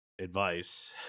advice